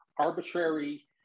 Arbitrary